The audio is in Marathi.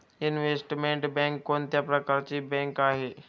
इनव्हेस्टमेंट बँक कोणत्या प्रकारची बँक आहे?